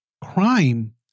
crime